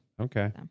Okay